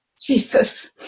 Jesus